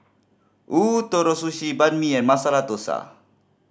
Ootoro Sushi Banh Mi and Masala Dosa